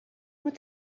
what